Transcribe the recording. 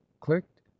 clicked